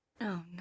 No